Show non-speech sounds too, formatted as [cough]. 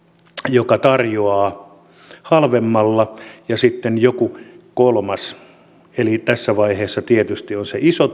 joka tarjoaa halvemmalla ja sitten joku kolmas eli tässä vaiheessa tietysti on se iso [unintelligible]